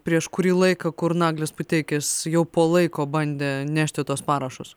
prieš kurį laiką kur naglis puteikis jau po laiko bandė nešti tuos parašus